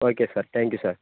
okay sir thank you sir